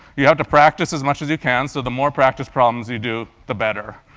you have to practice as much as you can, so the more practice problems you do, the better,